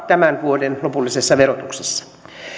tämän vuoden lopullisessa verotuksessa